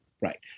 Right